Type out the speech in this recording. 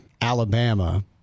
Alabama